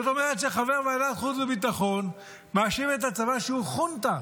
זאת אומרת שחבר ועדת החוץ והביטחון מאשים את הצבא שהוא חונטה.